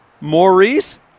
Maurice